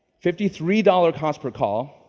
fifty three dollars cost per call,